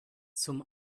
zum